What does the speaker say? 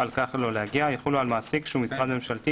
2ב(ב) יחולו על מעסיק שהוא משרד ממשלתי,